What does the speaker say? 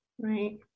Right